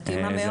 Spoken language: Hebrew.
מתאימה מאוד.